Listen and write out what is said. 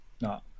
No